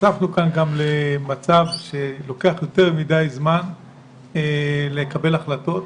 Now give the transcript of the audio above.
נחשפנו כאן גם למצב שלוקח יותר מדי זמן לקבל החלטות.